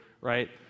right